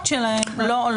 שההוצאות שלהם לא עולות?